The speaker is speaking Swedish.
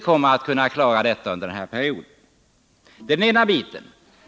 Det är den ena sidan av saken.